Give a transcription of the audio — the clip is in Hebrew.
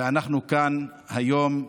ואנחנו כאן היום,